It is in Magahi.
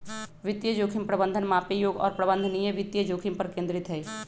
वित्तीय जोखिम प्रबंधन मापे योग्य और प्रबंधनीय वित्तीय जोखिम पर केंद्रित हई